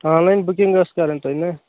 آن line booking ٲس کَرٕنۍ تۄہہِ نا